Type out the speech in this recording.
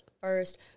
first